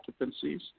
occupancies